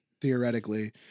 theoretically